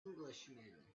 englishman